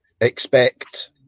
expect